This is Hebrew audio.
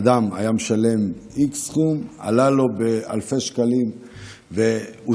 אדם היה משלם סכום x, והוא עלה לו באלפי שקלים.